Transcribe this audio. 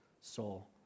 soul